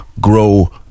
grow